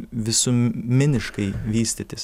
visuminiškai vystytis